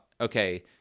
okay